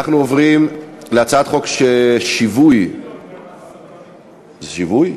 אנחנו עוברים להצעת חוק שיווי, שיווי?